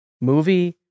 movie